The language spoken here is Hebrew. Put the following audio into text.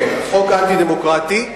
זה חוק אנטי-דמוקרטי.